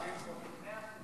אין חולק.